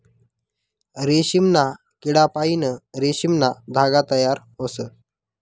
रेशीमना किडापाईन रेशीमना धागा तयार व्हस